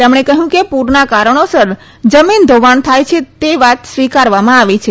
તેમણે કહ્યું કે પૂરના કારણોસર જમીન ધોવાણ થાય છે તે વાત સ્વીકારવામાં આવી છે